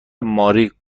ماری